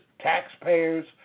taxpayers